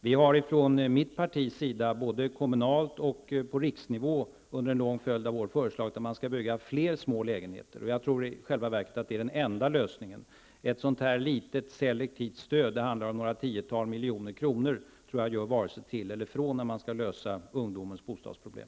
Vi har från mitt partis sida, både kommunalt och på riksnivå, under en lång följd av år föreslagit att det skall byggas fler små lägenheter. Jag tror i själva verket att det är den enda lösningen. Ett litet selektivt stöd som i detta fall handlar om några tiotal miljoner kronor tror jag inte gör vare sig till eller från när man skall lösa ungdomars bostadsproblem.